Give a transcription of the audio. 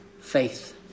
faith